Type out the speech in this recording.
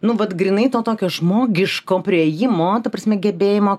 nu vat grynai to tokio žmogiško priėjimo ta prasme gebėjimo